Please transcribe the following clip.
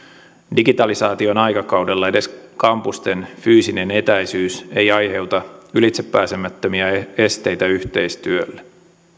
digitalisaation aikakaudella edes kampusten fyysinen etäisyys ei aiheuta ylitsepääsemättömiä esteitä yhteistyölle